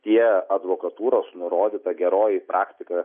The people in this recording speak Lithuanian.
tie advokatūros nurodyta geroji praktika